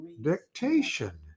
dictation